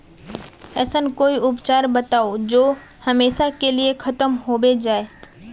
ऐसन कोई उपचार बताऊं जो हमेशा के लिए खत्म होबे जाए?